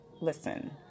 Listen